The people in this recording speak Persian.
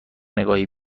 نگاهی